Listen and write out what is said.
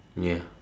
ya